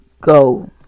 Go